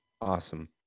Awesome